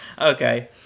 Okay